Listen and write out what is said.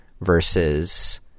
versus